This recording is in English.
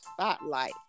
spotlight